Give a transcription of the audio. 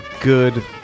good